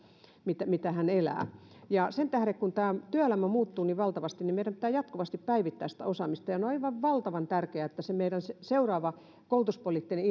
mitä mitä hän elää sen tähden kun työelämä muuttuu niin valtavasti meidän pitää jatkuvasti päivittää sitä osaamista ja on aivan valtavan tärkeää että se meidän seuraava koulutuspoliittinen